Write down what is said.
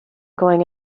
going